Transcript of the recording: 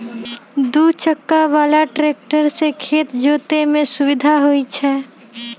दू चक्का बला ट्रैक्टर से खेत जोतय में सुविधा होई छै